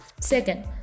Second